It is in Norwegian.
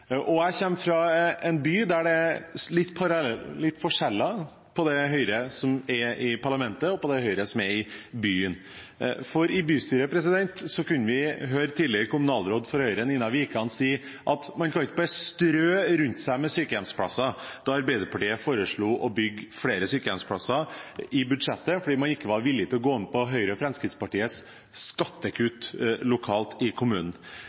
Jeg kommer fra en by der det er litt forskjell på det Høyre som er i parlamentet, og det Høyre som er i byen. I bystyret kunne vi høre tidligere kommunalråd for Høyre Nina Wikan si at man kan ikke bare strø rundt seg med sykehjemsplasser, da Arbeiderpartiet i budsjettet foreslo å bygge flere sykehjemsplasser fordi man ikke var villig til å gå med på Høyre og Fremskrittspartiets skattekutt lokalt i kommunen.